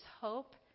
hope